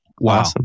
Wow